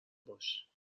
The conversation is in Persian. باش